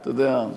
אתה יודע,